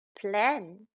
Plan